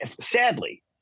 sadly